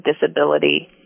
disability